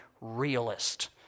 realist